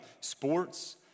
sports